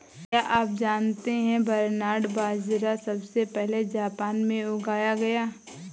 क्या आप जानते है बरनार्ड बाजरा सबसे पहले जापान में उगाया गया